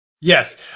yes